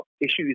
issues